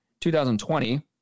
2020